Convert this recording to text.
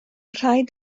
rhaid